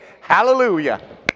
Hallelujah